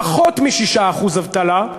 פחות מ-6% אבטלה,